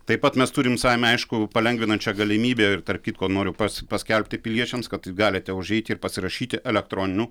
taip pat mes turim savaime aišku palengvinančią galimybę ir tarp kitko noriu pats paskelbti piliečiams kad galite užeiti ir pasirašyti elektroniniu